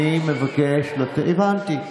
הבנתי.